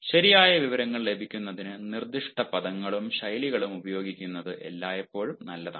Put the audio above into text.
ശരിയായ വിവരങ്ങൾ ലഭിക്കുന്നതിന് നിർദ്ദിഷ്ട പദങ്ങളും ശൈലികളും ഉപയോഗിക്കുന്നത് എല്ലായ്പ്പോഴും നല്ലതാണ്